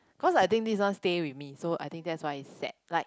cause I think this one stay with me so I think that's why it's sad like